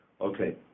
okay